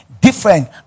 different